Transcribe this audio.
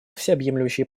всеобъемлющий